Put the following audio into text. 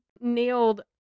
nailed